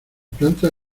plantas